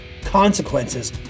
consequences